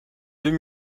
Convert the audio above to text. deux